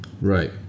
Right